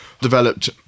developed